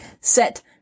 Set